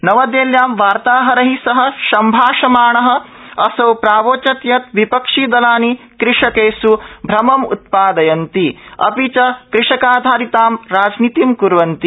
नवदेल्ल्यां वर्ताहरै सह सम्भाषमाण असौ प्रावोचत् यत् वि क्षिदलानि कृषकेष् भ्रमं उत्पादयन्ति अपि च कृषकाधरितां राजनीतिं कुर्वन्ति